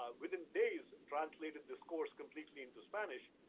um within days, translated this course completely into spanish.